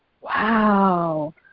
wow